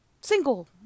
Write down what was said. Single